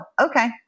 okay